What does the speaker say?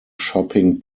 shopping